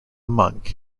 monk